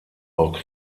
auch